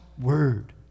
word